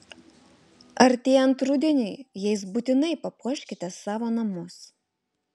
artėjant rudeniui jais būtinai papuoškite savo namus